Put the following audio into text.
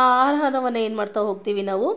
ಆ ಆಹಾರವನ್ನು ಏನು ಮಾಡ್ತಾ ಹೋಗ್ತೀವಿ ನಾವು